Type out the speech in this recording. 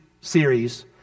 series